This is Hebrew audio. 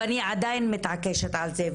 ואני עדיין מתעקשת על זה.